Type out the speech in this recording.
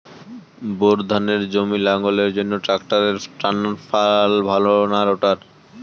Bore ধানের জমি লাঙ্গলের জন্য ট্রাকটারের টানাফাল ভালো না রোটার?